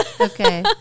okay